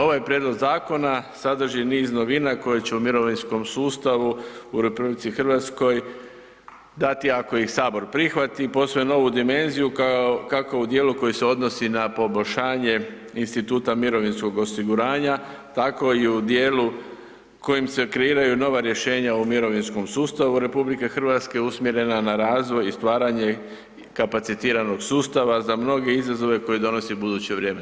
Ovaj prijedlog zakona sadrži niz novina koje će u mirovinskom sustavu u RH dati, ako ih sabor prihvati, posve novu dimenziju kao, kako u dijelu koji se odnosi na poboljšanje instituta mirovinskog osiguranja, tako i u dijelu kojim se kreiraju nova rješenja o mirovinskom sustavu RH usmjerena na razvoj i stvaranje kapacitiranog sustava za mnoge izazove koje donosi buduće vrijeme.